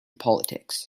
politics